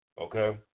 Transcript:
Okay